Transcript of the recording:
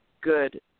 good